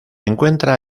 encuentra